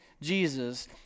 Jesus